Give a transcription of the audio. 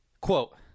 Quote